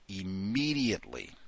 immediately